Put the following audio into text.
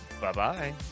Bye-bye